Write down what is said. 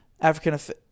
African –